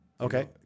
Okay